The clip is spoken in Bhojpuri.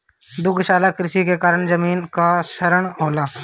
दुग्धशाला कृषि के कारण जमीन कअ क्षरण होला